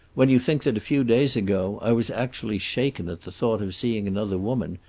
when you think that, a few days ago, i was actually shaken at the thought of seeing another woman,